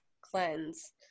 cleanse